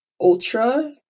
ultra